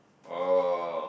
oh